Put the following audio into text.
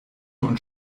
und